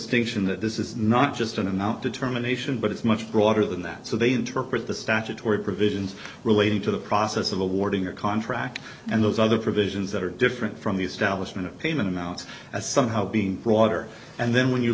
distinction that this is not just an amount determination but it's much broader than that so they interpret the statutory provisions relating to the process of awarding a contract and those other provisions that are different from the establishment of payment amounts as somehow being broader and then when you